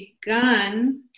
begun